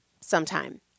sometime